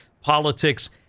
politics